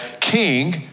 king